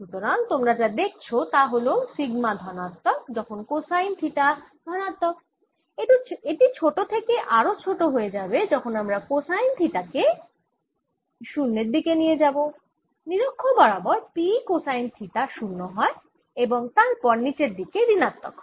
সুতরাং তোমরা যা দেখছো তা হল সিগমা ধনাত্মক যখন কোসাইন থিটা ধনাত্মক এটি ছোট থেকে আরও ছোট হয়ে যাবে যখন তোমরা কোসাইন থিটা কে 0 এর দিকে নিয়ে যাবে নিরক্ষ বরাবর P কোসাইন থিটা শূন্য হয় এবং তারপর নীচের দিকে ঋণাত্মক হয়